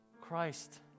Christ